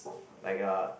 like uh